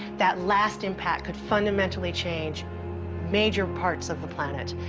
that last impact could fundamentally change major parts of the planet.